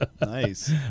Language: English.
Nice